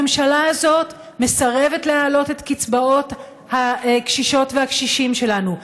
הממשלה הזאת מסרבת להעלות את קצבאות הקשישות והקשישים שלנו,